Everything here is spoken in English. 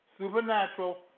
supernatural